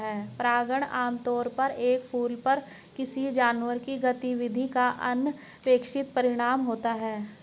परागण आमतौर पर एक फूल पर किसी जानवर की गतिविधि का अनपेक्षित परिणाम होता है